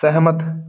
ਸਹਿਮਤ